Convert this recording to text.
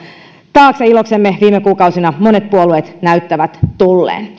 taakse iloksemme viime kuukausina monet puolueet näyttävät tulleen